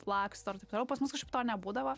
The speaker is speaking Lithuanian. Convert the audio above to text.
laksto ir taip toliau pas mus kažkaip to nebūdavo